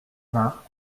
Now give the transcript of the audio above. vingts